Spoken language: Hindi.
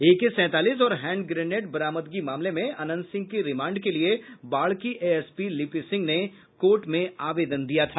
एके सैंतालीस और हैंड ग्रेनेड बरामदगी मामले में अनंत सिंह की रिमांड के लिये बाढ़ की एएसपी लिपि सिंह ने कोर्ट में आवेदन दिया था